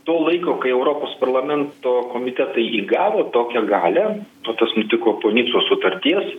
to laiko kai europos parlamento komitetai įgavo tokią galią tuo tas nutiko po nicos sutarties